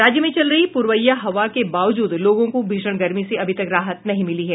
राज्य में चल रही पुरवैया हवा के बावजूद लोगों को भीषण गर्मी से अभी तक राहत नहीं मिली है